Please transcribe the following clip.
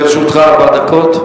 לרשותך ארבע דקות.